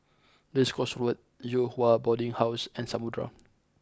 Race Course Road Yew Hua Boarding House and Samudera